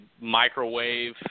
microwave